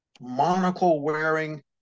monocle-wearing